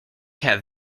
have